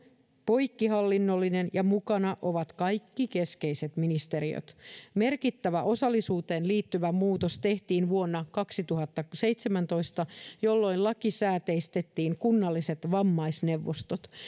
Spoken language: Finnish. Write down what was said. poikkihallinnollinen ja mukana ovat kaikki keskeiset ministeriöt merkittävä osallisuuteen liittyvä muutos tehtiin vuonna kaksituhattaseitsemäntoista jolloin lakisääteistettiin kunnalliset vammaisneuvostot